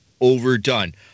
overdone